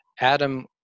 Adam